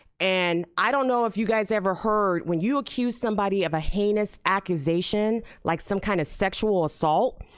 and i don't know if you guys ever heard, when you accuse somebody of a heinous accusation, like some kind of sexual assault,